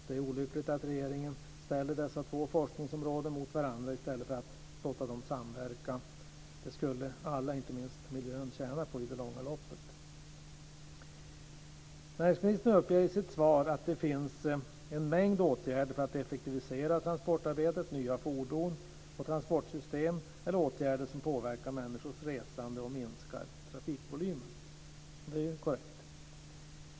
Det är olyckligt att regeringen ställer dessa två forskningsområden mot varandra i stället för att låta dem samverka. Det skulle alla, inte minst miljön, tjäna på i det långa loppet. Näringsministern uppger i sitt svar att det finns en mängd åtgärder för att effektivisera transportarbetet. Nya fordon och transportsystem är åtgärder som påverkar människors resande och minskar trafikvolymen. Det är korrekt.